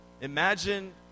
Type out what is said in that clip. Imagine